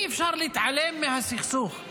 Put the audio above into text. אי-אפשר להתעלם מהסכסוך.